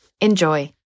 Enjoy